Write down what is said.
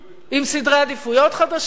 עם סדרי עדיפויות חדשים.